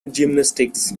gymnastics